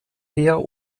her